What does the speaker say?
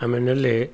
ଆମେ ନେଲେ